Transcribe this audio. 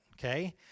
okay